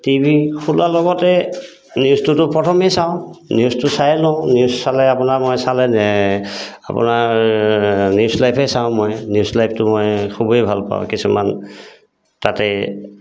T V খোলাৰ লগতে নিউজটোতো প্ৰথমেই চাওঁ নিউজটো চাই লওঁ নিউজ চালে আপোনাৰ মই চালে আপোনাৰ নিউজ লাইভেই চাওঁ মই নিউজ লাইভটো মই খুবেই ভালপাওঁ কিছুমান তাতে